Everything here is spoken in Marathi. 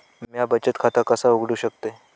म्या बचत खाता कसा उघडू शकतय?